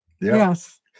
Yes